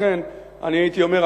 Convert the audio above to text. לכן אני הייתי אומר,